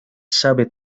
sabe